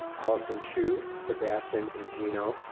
allison shoe, sebastian and gino,